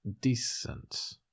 decent